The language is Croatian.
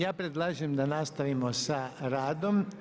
Ja predlažem da nastavimo sa radom.